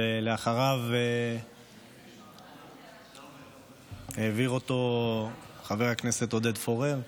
ואחריו העביר אותו חבר הכנסת עודד פורר,